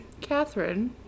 Catherine